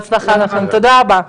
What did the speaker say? תודה רבה.